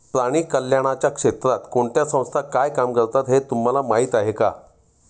प्राणी कल्याणाच्या क्षेत्रात कोणत्या संस्था काय काम करतात हे तुम्हाला माहीत आहे का?